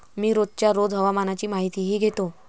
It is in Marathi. मी रोजच्या रोज हवामानाची माहितीही घेतो